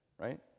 Right